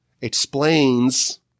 explains